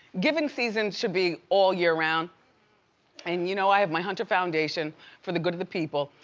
giving season should be all year round and you know i have my hunter foundation for the good of the people.